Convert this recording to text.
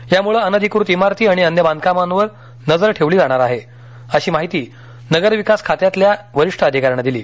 याम्ळं अनधिक्रत इमारती आणि अन्य बांधकामांवर नजर ठेवली जाणार आहे अशी माहिती नगरविकास खात्यातल्या वरिष्ठ अधिकाऱ्यानं दिली